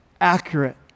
accurate